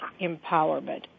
empowerment